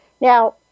Now